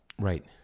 Right